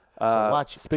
Watch